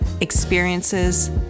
experiences